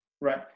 Right